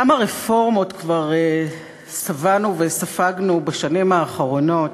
כמה רפורמות כבר שבענו וספגנו בשנים האחרונות: